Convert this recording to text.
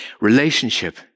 Relationship